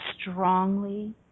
strongly